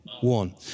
one